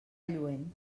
lluent